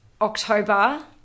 October